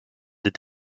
des